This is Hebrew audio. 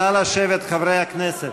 נא לשבת, חברי הכנסת.